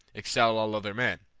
excel all other men?